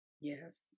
Yes